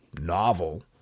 novel